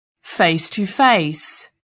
face-to-face